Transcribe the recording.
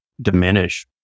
diminish